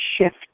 shift